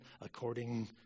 according